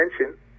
attention